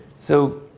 so,